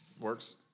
Works